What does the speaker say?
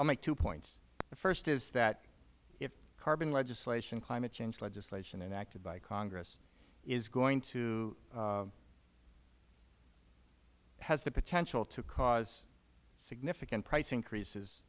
ill make two points the first is that if carbon legislation climate change legislation enacted by congress is going to has the potential to cause significant price increases